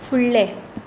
फुडलें